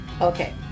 Okay